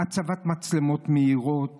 הצבת מצלמות מהירות